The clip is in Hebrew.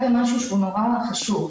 בפעם הקודמת